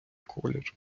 колір